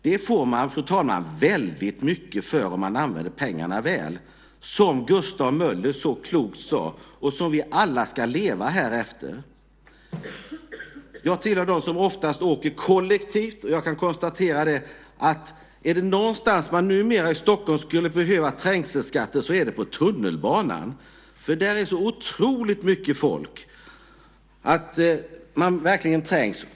Det får man, fru talman, väldigt mycket för om man använder pengarna väl - som Gustav Möller så klokt sade, och vilket vi alla här ska leva efter! Jag tillhör dem som oftast åker kollektivt, och jag kan konstatera att är det någonstans man numera i Stockholm skulle behöva trängselskatter så är det på tunnelbanan. Där är så otroligt mycket folk att man verkligen trängs.